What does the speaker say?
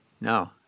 No